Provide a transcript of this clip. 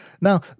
Now